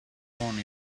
born